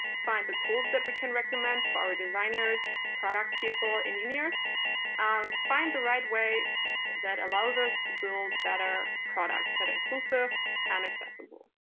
find the tools that we can recommend to our designers, product people, engineers, and find the right way that allows us to build better products that are inclusive and accessible.